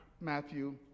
Matthew